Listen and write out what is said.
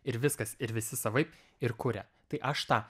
ir viskas ir visi savaip ir kuria tai aš tą